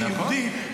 כיהודי,